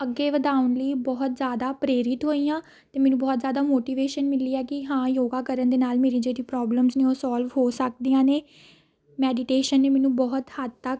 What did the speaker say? ਅੱਗੇ ਵਧਾਉਣ ਲਈ ਬਹੁਤ ਜ਼ਿਆਦਾ ਪ੍ਰੇਰਿਤ ਹੋਈ ਹਾਂ ਅਤੇ ਮੈਨੂੰ ਬਹੁਤ ਜ਼ਿਆਦਾ ਮੋਟੀਵੇਸ਼ਨ ਮਿਲੀ ਹੈ ਕਿ ਹਾਂ ਯੋਗਾ ਕਰਨ ਦੇ ਨਾਲ ਮੇਰੀ ਜਿਹੜੀ ਪ੍ਰੋਬਲਮਸ ਨੇ ਉਹ ਸੋਲਵ ਹੋ ਸਕਦੀਆਂ ਨੇ ਮੈਡੀਟੇਸ਼ਨ ਨੇ ਮੈਨੂੰ ਬਹੁਤ ਹੱਦ ਤੱਕ